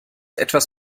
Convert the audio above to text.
etwas